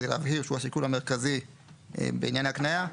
כדי להבהיר שהוא השיקול המרכזי בעניין ההקניה.